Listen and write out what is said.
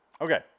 Okay